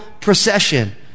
procession